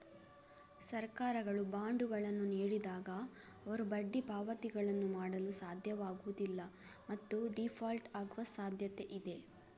ಸರ್ಕಾರಗಳು ಬಾಂಡುಗಳನ್ನು ನೀಡಿದಾಗ, ಅವರು ಬಡ್ಡಿ ಪಾವತಿಗಳನ್ನು ಮಾಡಲು ಸಾಧ್ಯವಾಗುವುದಿಲ್ಲ ಮತ್ತು ಡೀಫಾಲ್ಟ್ ಆಗುವ ಸಾಧ್ಯತೆಯಿದೆ